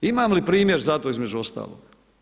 Ima li primjer za to između ostalog?